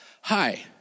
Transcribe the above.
Hi